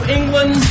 England